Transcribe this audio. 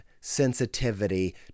sensitivity